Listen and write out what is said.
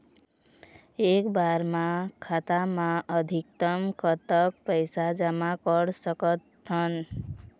एक बार मा खाता मा अधिकतम कतक पैसा जमा कर सकथन?